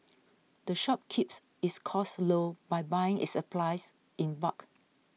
the shop keeps its costs low by buying its supplies in bulk